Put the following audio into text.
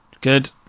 Good